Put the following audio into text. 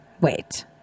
Wait